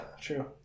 True